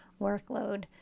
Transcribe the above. workload